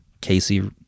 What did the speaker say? Casey